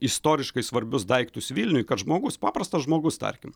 istoriškai svarbius daiktus vilniui kad žmogus paprastas žmogus tarkim